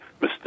Mr